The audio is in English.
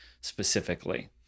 specifically